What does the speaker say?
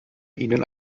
ihnen